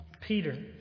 Peter